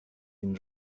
این